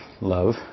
love